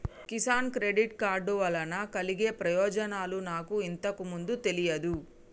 Kisan credit card వలన కలిగే ప్రయోజనాలు నాకు ఇంతకు ముందు తెలియదు